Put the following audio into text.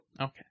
Okay